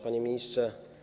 Panie Ministrze!